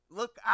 look